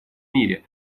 мире